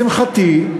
שלשמחתי,